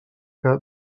que